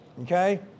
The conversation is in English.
Okay